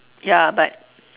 ya but